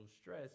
stress